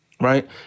right